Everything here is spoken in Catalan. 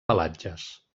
pelatges